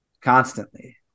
constantly